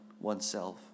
oneself